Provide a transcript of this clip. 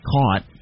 caught